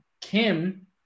Kim